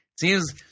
Seems